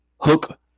hook